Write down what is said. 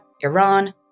Iran